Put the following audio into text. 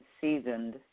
seasoned